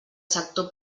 sector